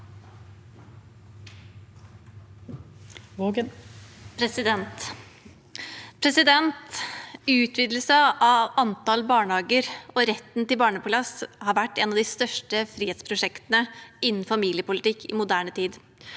Utvidelse av antall barnehager og retten til barnehageplass har vært av de største frihetsprosjektene innen familiepolitikk i moderne tid.